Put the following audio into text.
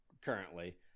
currently